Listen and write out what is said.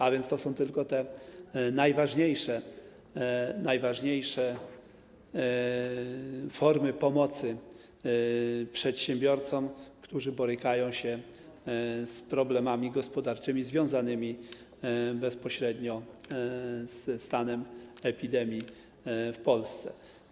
A więc to są tylko te najważniejsze formy pomocy przedsiębiorcom, którzy borykają się z problemami gospodarczymi związanymi bezpośrednio ze stanem epidemii w Polsce.